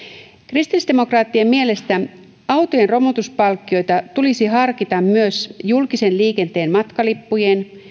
kristillisdemokraattien mielestä autojen romutuspalkkioita tulisi harkita myös julkisen liikenteen matkalippujen